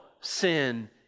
sin